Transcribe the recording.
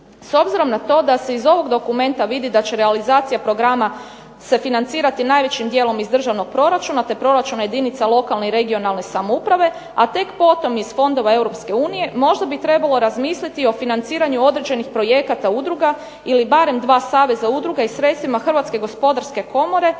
S obzirom na to da se iz ovog dokumenta vidi da će realizacija programa se financirati najvećim dijelom iz državnog proračuna te proračuna jedinica lokalne i regionalne samouprave, a tek potom iz fondova Europske unije, možda bi trebalo razmisliti o financiranju određenih projekata udruga ili barem dva saveza udruga i sredstvima Hrvatske gospodarske komore